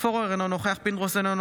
אינו נוכח יוסף עטאונה,